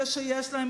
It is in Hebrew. אלה שיש להם,